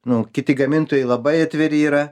nu kiti gamintojai labai atviri yra